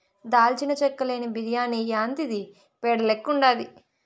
దాల్చిన చెక్క లేని బిర్యాని యాందిది పేడ లెక్కుండాది